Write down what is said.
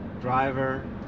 driver